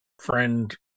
friend